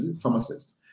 pharmacists